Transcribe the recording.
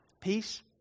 peace